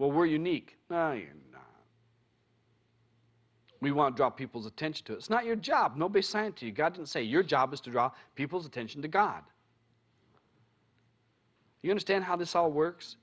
well we're unique and we want the people's attention to it's not your job not be science you've got to say your job is to draw people's attention to god you understand how this all works